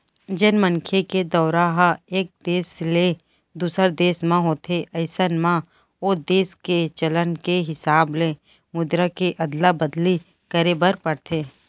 जेन मनखे के दौरा ह एक देस ले दूसर देस म होथे अइसन म ओ देस के चलन के हिसाब ले मुद्रा के अदला बदली करे बर परथे